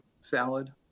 salad